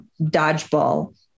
dodgeball